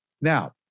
Now